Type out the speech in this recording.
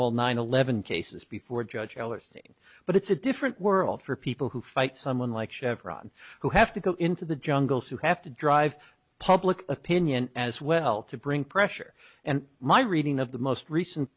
nine eleven cases before judge hellerstein but it's a different world for people who fight someone like chevron who have to go into the jungles who have to drive public opinion as well to bring pressure and my reading of the most recent